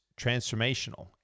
transformational